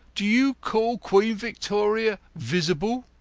do you call queen victoria visible?